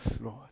Lord